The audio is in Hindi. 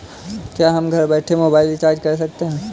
क्या हम घर बैठे मोबाइल रिचार्ज कर सकते हैं?